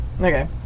Okay